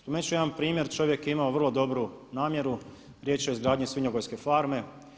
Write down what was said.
Spomenut ću jedan primjer, čovjek je imao vrlo dobru namjeru, riječ je o izgradnji svinjogojske farme.